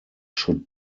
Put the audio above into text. should